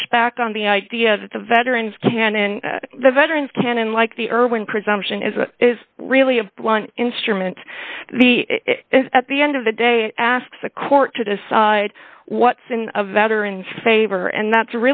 push back on the idea that the veterans can and the veterans can unlike the irwin presumption is that is really a blunt instrument the at the end of the day asks the court to decide what's in a veteran's favor and